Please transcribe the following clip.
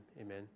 amen